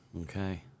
Okay